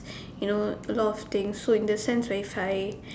you know a lot of things so in the sense if I